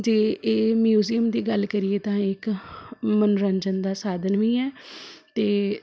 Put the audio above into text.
ਜੇ ਇਹ ਮਿਊਜ਼ੀਅਮ ਦੀ ਗੱਲ ਕਰੀਏ ਤਾਂ ਇੱਕ ਮਨੋਰੰਜਨ ਦਾ ਸਾਧਨ ਵੀ ਹੈ ਅਤੇ